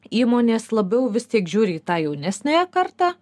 įmonės labiau vis tiek žiūri į tą jaunesniąją kartą